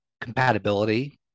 compatibility